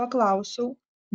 paklausiau